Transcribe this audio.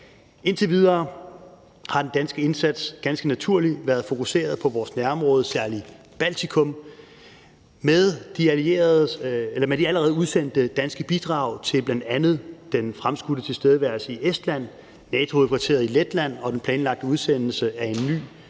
Indtil videre har den danske indsats ganske naturligt været fokuseret på vores nærområde, særlig Baltikum. Med de allerede udsendte danske bidrag til bl.a. den fremskudte tilstedeværelse i Estland, NATO-hovedkvarteret i Letland og den planlagte udsendelse af en ny